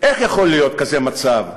איך יכול להיות מצב כזה?